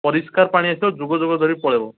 ପରିଷ୍କାର ପାଣି ଆସିବ ଯୁଗ ଯୁଗ ଧରି ପଳାଇବ